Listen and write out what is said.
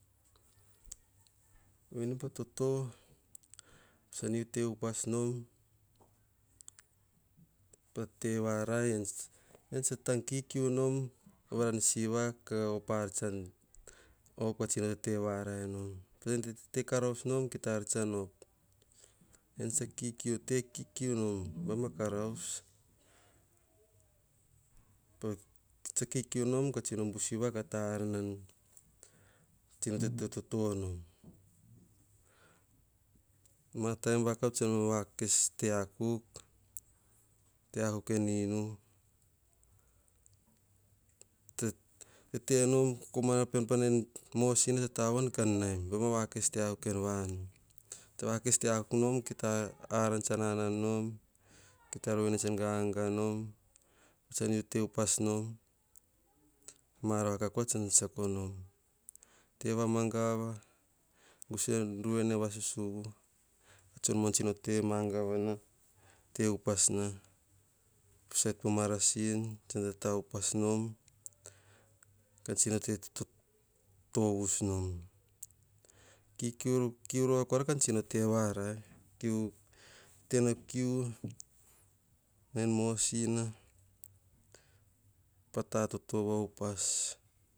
Veni pa toto, tsa yiu te upas nom, pa te varai, eyian tsa te kikiu nom, vara siva ka op tsan tete varai nom patsa tete karaus nom, ki ta ar tsan op. Yian tsa te kikiu nom, baima karaus. Te kikiu nom ka busiva ka ta ar nan te toto nom. Ma bon vakau baim ma kes te akuk, te akuk en inu, tsa tete nom, kokomana pean nau en mosina tsa tavuts kan naim. Baim ma vakes te akuk en vanu. Patsa kes te akuk nom, mukai ta aran tsan anan nom, ki ta ruwene tsan ganga nom. Batsa te upas nom, mar vakav pa tsa tse tsiako nom. Te magava, gusa en ruene ka vasusuva tson muan tsino mangava, te upas na. Papana po marasin tau upas nom katsi tovis nom. Kiu rova ka tsi te va rai. Kiu tenekiiu, na en mosina pa ta toto va upas